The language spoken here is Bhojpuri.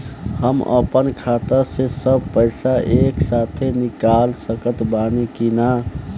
हम आपन खाता से सब पैसा एके साथे निकाल सकत बानी की ना?